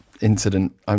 incident